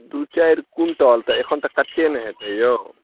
दू चारि क्विण्टल तऽ एखन तऽ कच्चे ने होयतै यौ